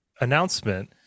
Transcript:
announcement